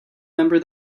remember